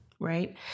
right